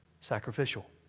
sacrificial